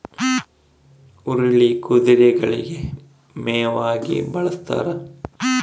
ಹುರುಳಿ ಕುದುರೆಗಳಿಗೆ ಮೇವಾಗಿ ಬಳಸ್ತಾರ